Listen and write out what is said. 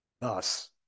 thus